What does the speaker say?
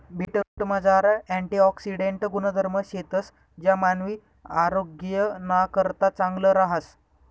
बीटरूटमझार अँटिऑक्सिडेंट गुणधर्म शेतंस ज्या मानवी आरोग्यनाकरता चांगलं रहास